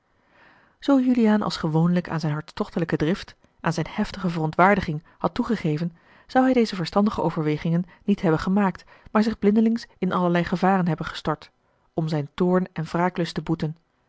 zoo juliaan als gewoonlijk aan zijne hartstochtelijke drift aan zijne heftige verontwaardiging had toegegeven zou hij deze verstandige overwegingen niet hebben gemaakt maar zich blindelings in allerlei gevaren hebben gestort om zijn toorn en wraaklust te boeten